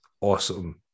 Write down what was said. awesome